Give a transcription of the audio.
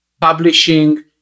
publishing